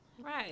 Right